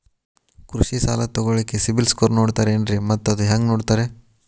ಕೃಷಿ ಸಾಲ ತಗೋಳಿಕ್ಕೆ ಸಿಬಿಲ್ ಸ್ಕೋರ್ ನೋಡ್ತಾರೆ ಏನ್ರಿ ಮತ್ತ ಅದು ಹೆಂಗೆ ನೋಡ್ತಾರೇ?